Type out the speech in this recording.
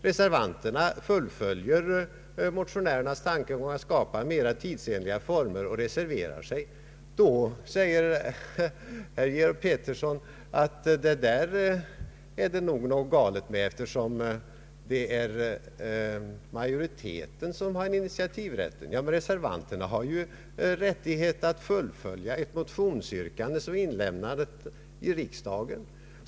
Reservanterna fullföljer motionärernas tankegång att skapa mera tidsenliga former och reserverar sig. Då menar herr Georg Pettersson att det är något galet med detta, eftersom det är majoriteten som har initiativrätten. Men reservanterna har ju rättighet att fullfölja ett motionsyrkande som är inlämnat i riksdagen.